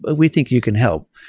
but we think you can help.